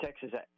Texas